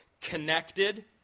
connected